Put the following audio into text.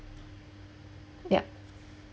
yup